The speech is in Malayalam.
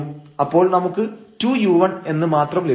അപ്പോൾ നമുക്ക് 2u1 എന്ന് മാത്രം ലഭിക്കും